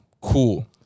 Cool